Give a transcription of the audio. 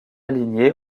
aligné